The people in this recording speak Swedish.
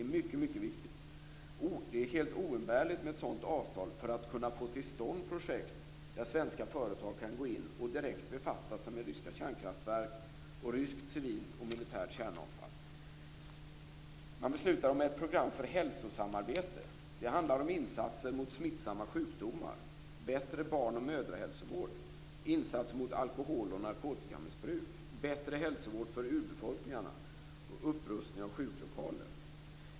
Det är mycket, mycket viktigt. Det är helt oumbärligt med ett sådant avtal för att kunna få till stånd projekt där svenska företag kan gå in och direkt befatta sig med ryska kärnkraftverk och ryskt civilt och militärt kärnavfall. Man beslutade om ett program för hälsosamarbete. Det handlar om insatser mot smittsamma sjukdomar. Vidare handlar det om bättre barn och mödrahälsovård, insatser mot alkohol och narkotikamissbruk, bättre hälsovård för urbefolkningarna och upprustning av sjuklokaler.